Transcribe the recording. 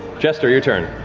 jester, your turn.